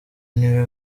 niwe